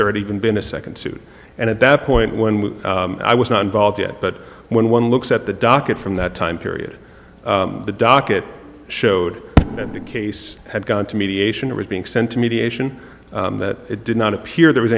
at even been a second suit and at that point one i was not involved yet but when one looks at the docket from that time period the docket showed that the case had gone to mediation or was being sent to mediation that it did not appear there was